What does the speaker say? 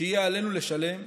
שיהיה עלינו לשלם.